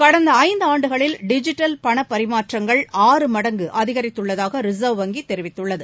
கடந்த ஐந்தாண்டுகளில் டிஜிட்டல் பண பரிமாற்றங்கள் ஆறு மடங்கு அதிகரித்துள்ளதாக ரிசர்வ் வங்கி தெரிவித்துள்ளது